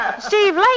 Steve